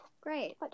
Great